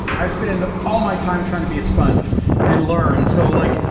i spend all my time trying to be a sponge and learn. so, like,